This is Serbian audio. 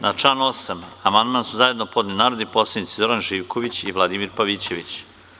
Na član 8. amandman su zajedno podneli narodni poslanici Zoran Živković i Vladimir Pavićević.